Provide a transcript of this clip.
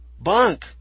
Bunk